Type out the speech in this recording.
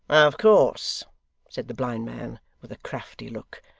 of course said the blind man, with a crafty look,